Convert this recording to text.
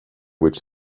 which